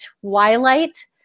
Twilight